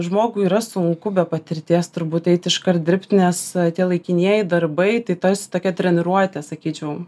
žmogui yra sunku be patirties turbūt eiti iškart dirbt nes tie laikinieji darbai tarsi tokia treniruotė sakyčiau